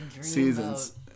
seasons